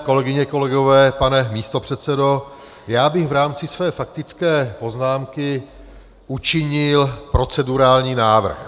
Kolegyně, kolegové, pane místopředsedo, já bych v rámci své faktické poznámky učinil procedurální návrh.